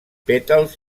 pètals